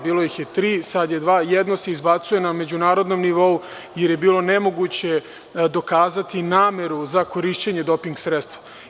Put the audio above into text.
Bilo ih je tri, sad su dva, jedno se izbacuje na međunarodnom nivou jer je bilo nemoguće dokazati nameru za korišćenje doping sredstva.